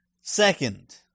Second